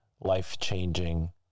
life-changing